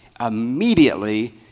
Immediately